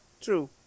True